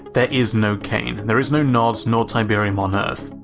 there is no kane, and there is no nod, nor tiberium on earth.